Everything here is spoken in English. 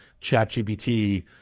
ChatGPT